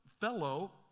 fellow